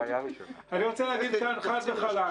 אני רוצה להגיד חד וחלק,